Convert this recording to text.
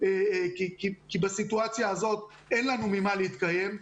כי בסיטואציה הזאת אין לנו ממה להתקיים.